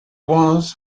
was